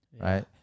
right